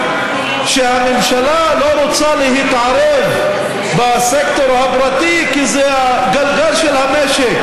שהממשלה לא רוצה להתערב בסקטור הפרטי כי זה הגלגל של המשק.